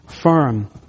firm